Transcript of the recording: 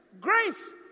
Grace